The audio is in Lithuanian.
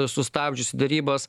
sustabdžiusi derybas